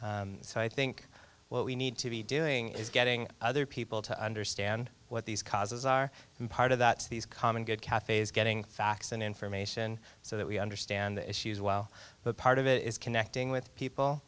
so i think what we need to be doing is getting other people to understand what these causes are and part of that these common good cafes getting facts and information so that we understand the issues well but part of it is connecting with people